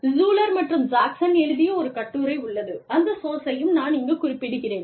Schuler மற்றும் Jackson எழுதிய ஒரு கட்டுரை உள்ளது அந்த சோர்ஸ்சயும் நான் இங்குக் குறிப்பிடுகிறேன்